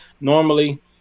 normally